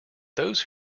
those